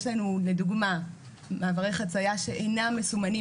יש לנו לדוגמה מעברי חצייה שאינם מסומנים